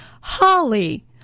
Holly